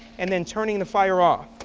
and then turning the fire off.